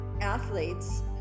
athletes